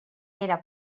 era